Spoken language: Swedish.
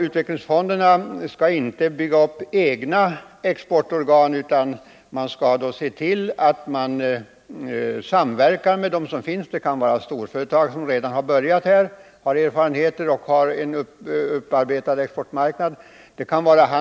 Utvecklingsfonderna skall inte bygga upp egna exportorgan, utan de bör samverka med exempelvis storföretag som har erfarenheter genom en redan upparbetad exportmarknad, handelskamrar, osv.